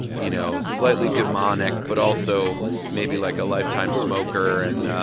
you know, slightly demonic but also maybe like a lifetime smoker and,